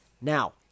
Now